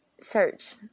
search